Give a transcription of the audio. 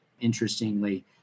Interestingly